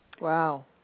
Wow